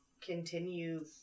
Continue